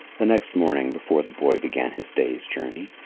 the next morning, before the boy began his day's journey,